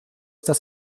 dass